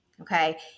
okay